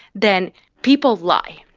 then people lie.